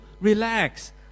Relax